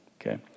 Okay